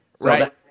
Right